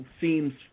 seems